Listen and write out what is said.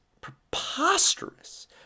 preposterous